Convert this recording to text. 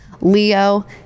Leo